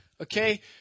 okay